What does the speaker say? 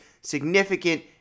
significant